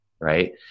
Right